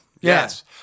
Yes